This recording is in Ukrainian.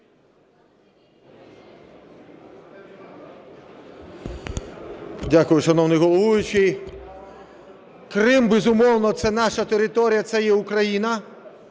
Дякую, шановний головуючий! Крим, безумовно, це наша територія, це є Україна.